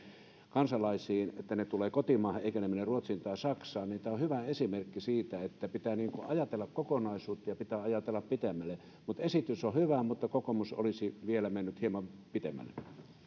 kansalaisiin niin että ne tulevat kotimaahan eivätkä ne mene ruotsiin tai saksaan tämä on hyvä esimerkki siitä että pitää ajatella kokonaisuutta ja pitää ajatella pitemmälle esitys on hyvä mutta kokoomus olisi mennyt vielä hieman pitemmälle